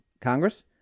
Congress